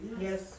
Yes